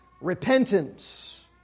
repentance